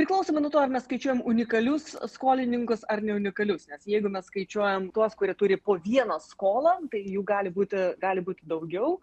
priklausomai nuo to ar mes skaičiuojam unikalius skolininkus ar ne unikalius nes jeigu mes skaičiuojam tuos kurie turi po vieną skolą tai jų gali būti gali būti daugiau